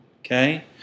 okay